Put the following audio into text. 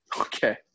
Okay